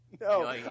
No